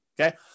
okay